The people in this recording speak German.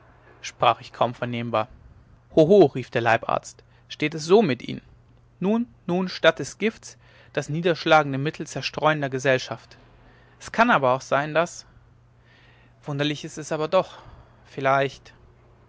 sprach ich kaum vernehmbar ho ho rief der leibarzt steht es so mit ihnen nun nun statt des gifts das niederschlagende mittel zerstreuender gesellschaft es kann aber auch sein daß wunderlich ist es aber doch vielleicht